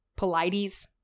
Polides